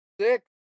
Six